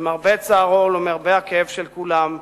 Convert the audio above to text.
למרבה צערו ולמרבה הכאב של כולם,